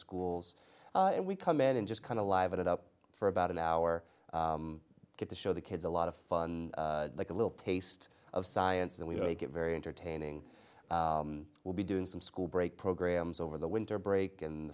schools and we come in and just kind of liven it up for about an hour to show the kids a lot of fun like a little taste of science and we take it very entertaining we'll be doing some school break programs over the winter break in